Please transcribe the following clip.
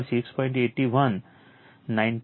તેથી Ic 6